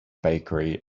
bakery